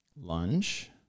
lunge